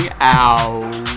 out